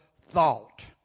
thought